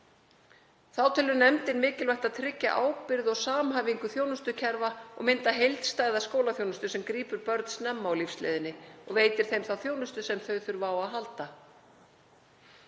Þá telur nefndin mikilvægt að tryggja ábyrgð og samhæfingu þjónustukerfa og mynda heildstæða skólaþjónustu sem grípur börn snemma á lífsleiðinni og veitir þeim þá þjónustu sem þau þurfa á að halda.